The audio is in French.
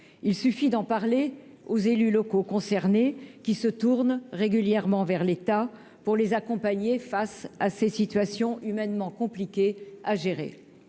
il suffit d'en parler aux élus locaux concernés, qui se tournent régulièrement vers l'État pour les accompagner, face à ces situations humainement compliquée à gérer,